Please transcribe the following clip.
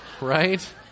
right